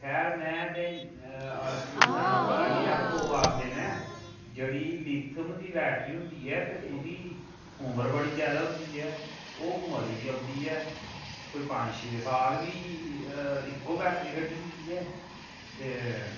खैर में ते इ'न्ना पता निं ऐ पर लोग आखदे न जेह्ड़ी लिथियम दी बैटरी होंदी ऐ ते ओह्दी उमर बड़ी जादा होंदी ऐ ओह् मती चलदी ऐ कोई पंज छे साल बी इक्को बैटरी कड्ढी दी ऐ ते